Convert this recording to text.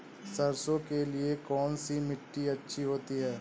सरसो के लिए कौन सी मिट्टी अच्छी होती है?